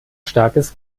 starkes